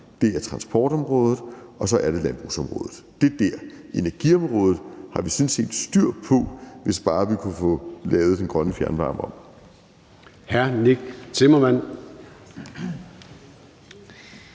det er transportområdet, og det er landbrugsområdet. Energiområdet har vi sådan set styr på, hvis bare vi kunne få lavet den grønne fjernvarme om.